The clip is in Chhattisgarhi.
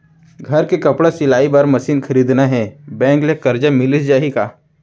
घर मे कपड़ा सिलाई बार मशीन खरीदना हे बैंक ले करजा मिलिस जाही का?